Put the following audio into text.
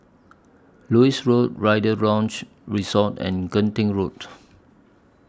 Lewis Road Rider's Lodge Resort and Genting Road